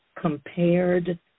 compared